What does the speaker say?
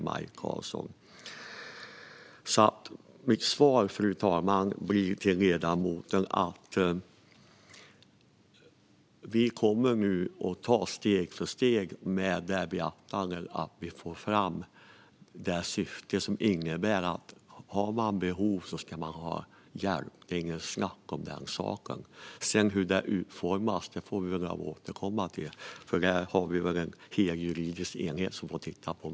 Mitt svar till ledamoten, fru talman, blir att vi nu kommer att ta steg för steg med beaktande av att vi får fram syftet att man ska få hjälp om man har behov. Det är inget snack om den saken. Hur detta sedan utformas får vi återkomma till - vi har väl en hel juridisk enhet som får titta på det.